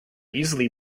easily